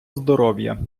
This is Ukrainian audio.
здоров’я